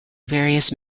various